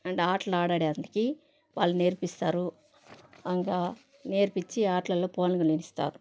and ఆటలాడడానికి వాళ్ళు నేర్పిస్తారు ఇంకా నేర్పిచ్చి ఆటలలో పాల్గొననిస్తారు